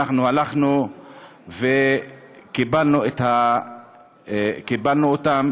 ואנחנו הלכנו וקיבלנו אותם